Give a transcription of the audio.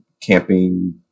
camping